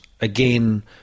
again